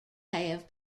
have